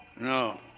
No